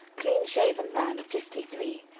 clean-shaven man of fifty-three,